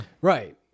right